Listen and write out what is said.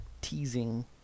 teasing